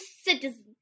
citizen